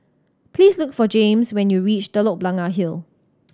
please look for Jaymes when you reach Telok Blangah Hill